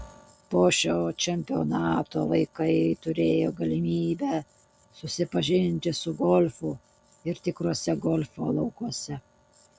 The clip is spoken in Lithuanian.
po šio čempionato vaikai turėjo galimybę susipažinti su golfu ir tikruose golfo laukuose